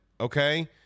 okay